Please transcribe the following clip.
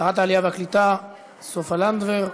שרת העלייה והקליטה סופה לנדבר.